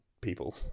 people